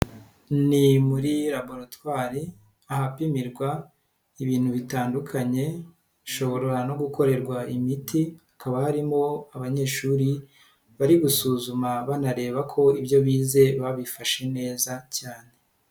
Ni muri laboratwari ahapimirwa ibintu bitandukanye hashobora no gukorerwa imiti, hakaba harimo abanyeshuri bari gusuzuma banareba ko ibyo bize babifashe neza cyane.